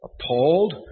appalled